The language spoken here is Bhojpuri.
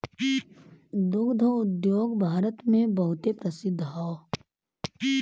दुग्ध उद्योग भारत मे बहुते प्रसिद्ध हौ